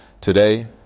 today